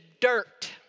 dirt